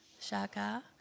Shaka